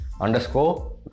underscore